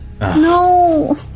No